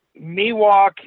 Miwok